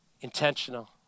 Intentional